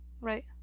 right